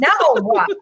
No